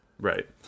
Right